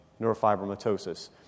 neurofibromatosis